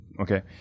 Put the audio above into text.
Okay